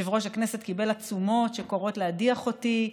יושב-ראש הכנסת קיבל עצומות שקוראות להדיח אותי,